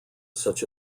such